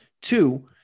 two